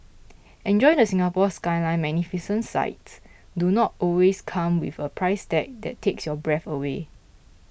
enjoy the Singapore Skyline Magnificent sights do not always come with a price tag that takes your breath away